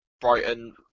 Brighton